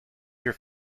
your